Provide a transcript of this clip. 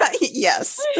Yes